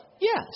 Yes